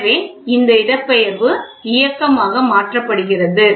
எனவே இந்த இடப்பெயர்வு இயக்கமாக மாற்றப்படுகிறது